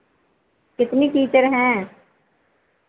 कितनी टीचर हैं